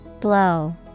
Blow